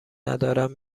ندارم